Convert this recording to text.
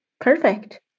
Perfect